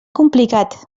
complicat